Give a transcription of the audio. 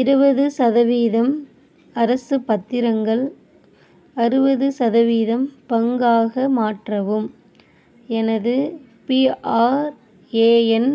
இருபது சதவீதம் அரசு பத்திரங்கள் அறுபது சதவீதம் பங்காக மாற்றவும் எனது பிஆர்ஏஎன்